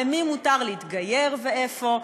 למי מותר להתגייר ואיפה,